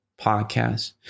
podcast